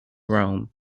rome